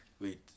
Wait